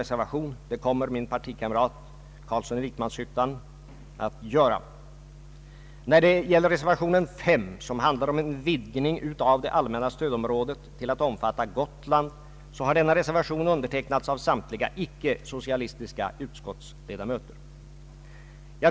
Barnen mår givetvis bäst av att stanna i sitt eget hem och där få vård så länge som möjligt, men vi vet ju hur det ser ut under konvalescensperioderna.